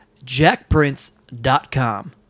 jackprince.com